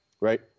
right